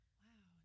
wow